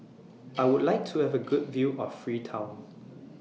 I Would like to Have A Good View of Freetown